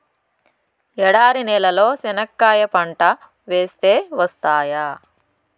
ఎడారి నేలలో చెనక్కాయ పంట వేస్తే వస్తాయా?